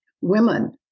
women